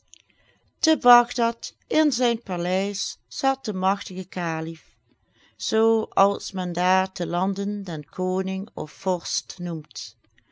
te bagdad in zijn paleis zat de magtige kalif zoo als men daar te lande den koning of vorst noemt